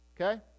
okay